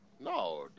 No